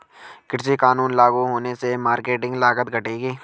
कृषि कानून लागू होने से मार्केटिंग लागत घटेगी